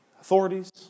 authorities